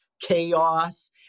chaos